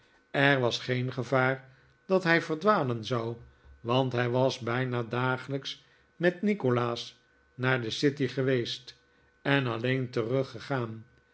er was geen gevaar dat hij verdwalen zou want hij was bijna dagelijks met nikolaas naar de city geweest en alleen teruggegaan